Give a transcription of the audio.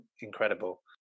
incredible